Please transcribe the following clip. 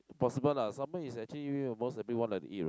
impossible lah salmon is actually almost everyone like to eat right